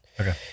Okay